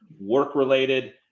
work-related